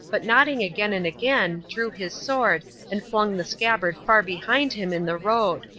but nodding again and again, drew his sword and flung the scabbard far behind him in the road.